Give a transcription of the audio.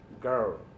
girl